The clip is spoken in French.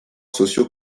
socio